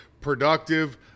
productive